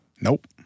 Nope